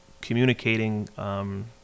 communicating